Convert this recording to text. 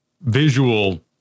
visual